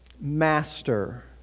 Master